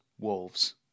wolves